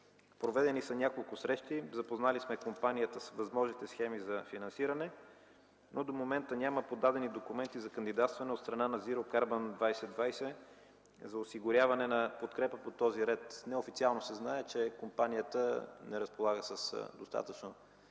Проведени са няколко срещи. Запознали сме компанията с възможните схеми за финансиране, но до момента няма подадени документи за кандидатстване от страна на „Зиро карбън 2020” за осигуряване на подкрепа по този ред. Неофициално се знае, че компанията не разполага с достатъчно